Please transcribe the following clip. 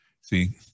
See